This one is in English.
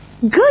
Good